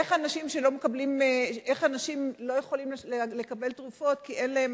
איך אנשים לא יכולים לקבל תרופות כי אין להם